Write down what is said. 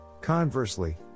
Conversely